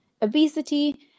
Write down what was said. obesity